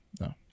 no